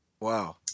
Wow